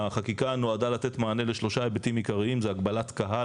החקיקה נועדה לתת מענה לשלושה היבטים עיקריים: זה הגבלת קהל,